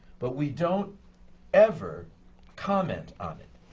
but we don't ever comment on it.